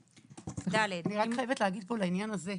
אני רק חייבת להגיד פה לעניין הזה,